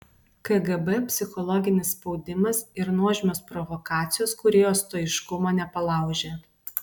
kgb psichologinis spaudimas ir nuožmios provokacijos kūrėjo stoiškumo nepalaužė